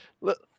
look